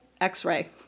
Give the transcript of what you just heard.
x-ray